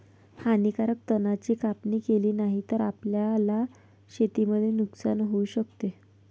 हानीकारक तणा ची कापणी केली नाही तर, आपल्याला शेतीमध्ये नुकसान होऊ शकत